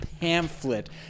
pamphlet